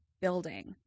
building